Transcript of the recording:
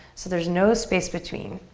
so there's no space between.